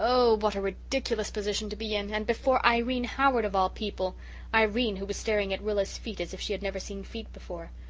oh, what a ridiculous position to be in and before irene howard of all people irene, who was staring at rilla's feet as if she had never seen feet before!